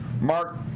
Mark